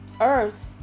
earth